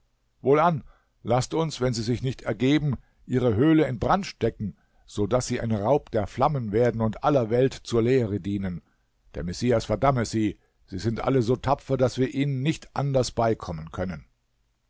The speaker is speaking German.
wohlan laßt uns wenn sie sich nicht ergeben ihre höhle in brand stecken so daß sie ein raub der flammen werden und aller welt zur lehre dienen der messias verdamme sie sie sind alle so tapfer daß wir ihnen nicht anders beikommen können